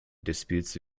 disputes